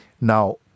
Now